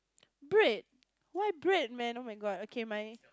bread why bread man oh-my-God okay my